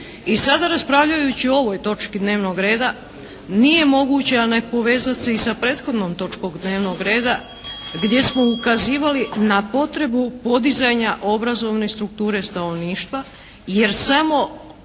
I sada raspravljajući o ovoj točki dnevnog reda nije moguće a nepovezat se i sa prethodnom točkom dnevnog reda gdje smo ukazivali na potrebu podizanja obrazovne strukture stanovništva jer samo